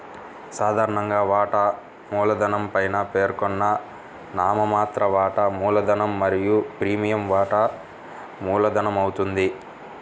సాధారణంగా, వాటా మూలధనం పైన పేర్కొన్న నామమాత్ర వాటా మూలధనం మరియు ప్రీమియం వాటా మూలధనమవుతుంది